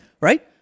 right